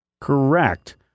Correct